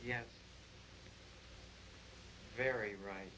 yes very right